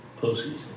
postseason